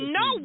no